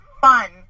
fun